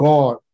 God